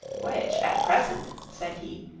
which, at present, said he,